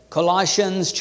Colossians